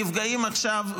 נפגעים עכשיו,